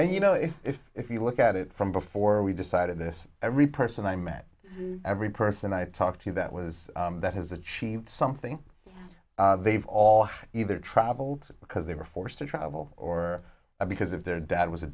and you know if if if you look at it from before we decided this every person i met every person i talked to that was that has achieved something they've all either traveled because they were forced to travel or because if their dad was a